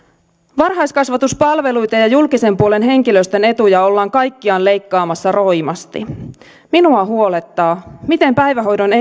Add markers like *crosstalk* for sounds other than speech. varhaiskasvatuspalveluita ja ja julkisen puolen henkilöstön etuja ollaan kaikkiaan leikkaamassa roimasti minua huolettaa miten päivähoidon *unintelligible*